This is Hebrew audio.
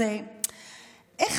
זה איך